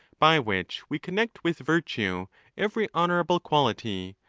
by which we connect with virtue every honourable quality,